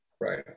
Right